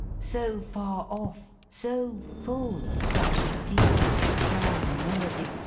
so far off, so full of such a deep strong melody,